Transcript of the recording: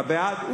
אתה בעד?